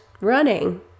running